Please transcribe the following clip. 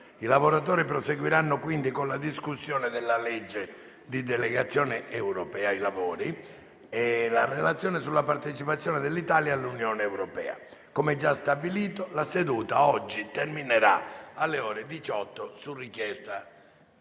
I lavori proseguiranno quindi con la discussione del disegno di legge di delegazione europea e la relazione sulla partecipazione dell'Italia all'Unione europea. Come già stabilito, la seduta di oggi terminerà alle ore 18 su richiesta di un